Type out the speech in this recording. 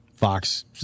Fox